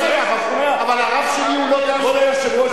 אבל הרב שלי הוא לא --- כבוד היושב-ראש,